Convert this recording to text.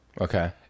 okay